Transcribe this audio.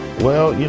well, you